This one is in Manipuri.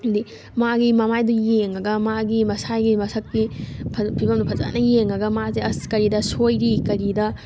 ꯑꯗꯒꯤ ꯃꯥꯒꯤ ꯃꯃꯥꯏꯗꯨ ꯌꯦꯡꯉꯒ ꯃꯥꯒꯤ ꯃꯁꯥꯒꯤ ꯃꯁꯛꯀꯤ ꯐꯤꯕꯝꯗꯨ ꯐꯖꯅ ꯌꯦꯡꯉꯒ ꯃꯥꯁꯦ ꯑꯁ ꯀꯔꯤꯗ ꯁꯣꯏꯔꯤ ꯀꯔꯤꯗ